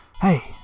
Hey